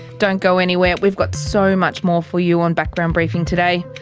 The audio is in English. don't go anywhere, we've got so much more for you on background briefing today.